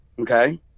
okay